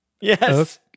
yes